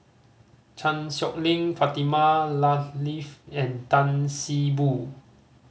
Chan Sow Lin Fatimah Lateef and Tan See Boo